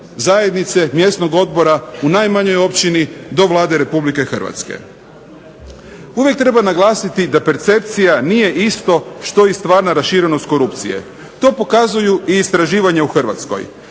zajednice, mjesnog odbora u najmanjoj općini do Vlade Republike Hrvatske. Uvijek treba naglasiti da percepcija nije isto što i stvarna raširenost korupcije, to pokazuju i istraživanja u Hrvatskoj.